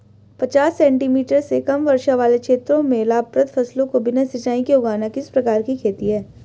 पचास सेंटीमीटर से कम वर्षा वाले क्षेत्रों में लाभप्रद फसलों को बिना सिंचाई के उगाना किस प्रकार की खेती है?